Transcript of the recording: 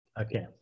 Okay